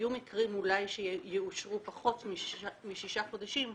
יהיו מקרים אולי שיאושרו פחות משישה חודשים,